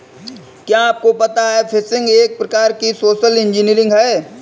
क्या आपको पता है फ़िशिंग एक प्रकार की सोशल इंजीनियरिंग है?